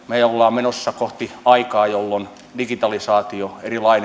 menossa kohti aikaa jolloin digitalisaatio